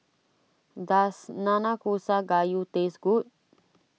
does Nanakusa Gayu taste good